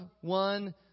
one